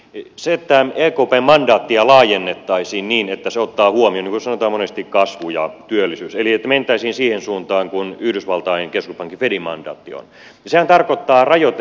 jos ekpn mandaattia laajennettaisiin niin että se ottaa huomioon niin kuin sanotaan monesti kasvun ja työllisyyden eli mentäisiin siihen suuntaan millainen yhdysvaltain keskuspankin fedin mandaatti on niin sehän tarkoittaa rajoite